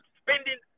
spending